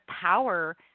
power